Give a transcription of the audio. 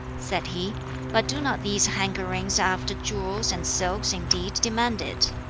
said he but do not these hankerings after jewels and silks indeed demand it?